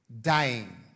dying